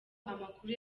amakuru